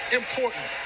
important